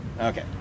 okay